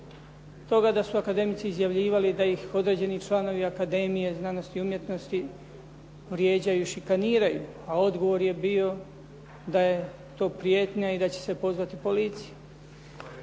toga da su akademici izjavljivali da ih određeni članovi Akademije znanosti i umjetnosti vrijeđaju i šikaniraju, a odgovor je bio da je to prijetnja i da će se pozvati policija.